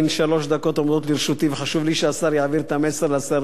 שלוש דקות עומדות לרשותי וחשוב לי שהשר יעביר את המסר לשרים,